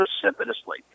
precipitously